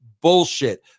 bullshit